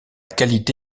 qualité